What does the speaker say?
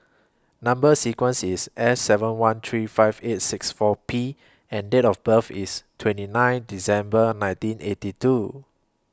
Number sequence IS S seven one three five eight six four P and Date of birth IS twenty nine December nineteen eighty two